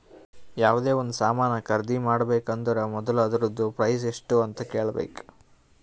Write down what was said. ಯಾವ್ದೇ ಒಂದ್ ಸಾಮಾನ್ ಖರ್ದಿ ಮಾಡ್ಬೇಕ ಅಂದುರ್ ಮೊದುಲ ಅದೂರ್ದು ಪ್ರೈಸ್ ಎಸ್ಟ್ ಅಂತ್ ಕೇಳಬೇಕ